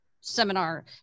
seminar